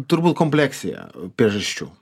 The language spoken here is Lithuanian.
turbūt kompleksija priežasčių